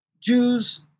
Jews